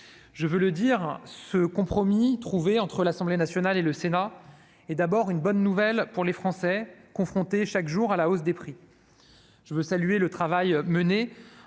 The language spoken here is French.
budgétaires. Ce compromis trouvé entre l'Assemblée nationale et le Sénat est une bonne nouvelle pour les Français, confrontés chaque jour à la hausse des prix. Je veux saluer le travail mené